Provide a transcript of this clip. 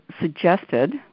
suggested